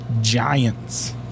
giants